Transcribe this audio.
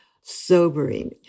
sobering